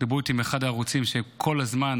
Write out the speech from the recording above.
דיברו איתי מאחד הערוצים, שהם כל הזמן,